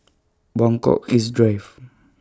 Buangkok East Drive